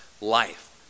life